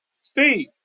Steve